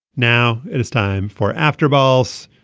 now it is time for after balls.